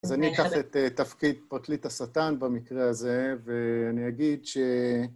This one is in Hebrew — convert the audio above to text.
אז אני אקח את תפקיד פרקליט השטן במקרה הזה, ואני אגיד ש...